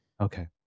Okay